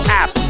app